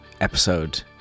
episode